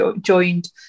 joined